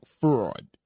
fraud